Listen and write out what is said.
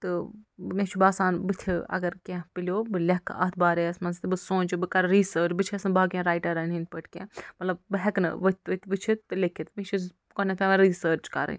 تہٕ مےٚ چھُ باسان بُتھہِ اَگر کیٚنٛہہ پلیٛوو بہٕ لیٚکھہٕ اَتھ بارَس منٛز تہٕ بہٕ سونٛچہٕ بہٕ کرٕ رِسٲرٕچ بہٕ چھَس نہٕ باقین رایٹَرَن ہنٛدۍ پٲٹھۍ کیٚنٛہہ مطلب بہٕ ہیٚکہٕ نہٕ ؤتھۍ ؤتھۍ وُچھِتھ تہٕ لیٚکھِتھ مےٚ چھِ گۄڈٕنیٚتھ پیٚوان رِسٲرٕچ کرٕنۍ